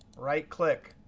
right-click